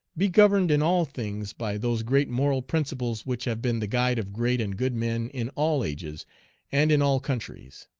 be governed in all things by those great moral principles which have been the guide of great and good men in all ages and in all countries.